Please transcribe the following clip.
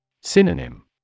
Synonym